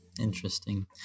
Interesting